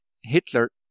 Hitler